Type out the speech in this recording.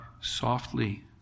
softly